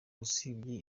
usibye